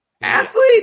Athlete